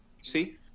see